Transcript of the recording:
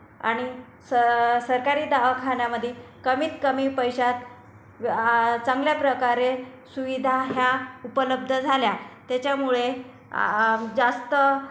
आणि स सरकारी दवाखान्यामध्ये कमीतकमी पैशात चांगल्या प्रकारे सुविधा या उपलब्द झाल्या त्याच्यामुळे जास्त